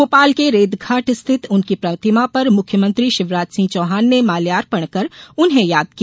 भोपाल के रेतघाट स्थित उनकी प्रतिमा पर मुख्यमंत्री शिवराज सिंह चौहान ने माल्यार्पण कर उन्हें याद किया